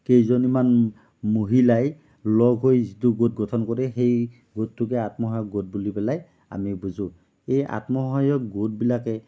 কেইজনী মান মহিলাই লগ হৈ যিটো গোট গঠন কৰে সেই গোটটোকে আত্মসহায়ক গোট বুলি পেলাই আমি বুজোঁ এই আত্মসহায়ক গোটবিলাকে